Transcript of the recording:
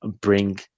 bring